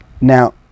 now